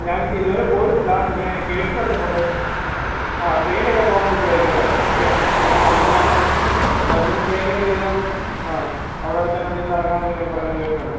ഞാൻ ഇതുവരെ പോയിട്ടില്ല ഇങ്ങനെ കേട്ടിട്ടുണ്ട് കോട്ടയം ആ ട്രെയിനെ ഒക്കെ പോകാൻ പറ്റുവായിരിക്കും അല്ലേ നമുക്ക് ഇവിടെന്ന് അപ്പം ആ ഇവിടുന്ന് ട്രെയിൻനേ കയറിയാൽ നമുക്ക് ആ അവിടെ അടുത്തെങ്ങാണ്ട് ചെന്ന് ഇറങ്ങാം ഇങ്ങനെയൊക്കെ പറയുന്ന കേട്ടിട്ടുണ്ട്